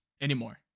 anymore